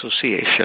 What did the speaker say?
Association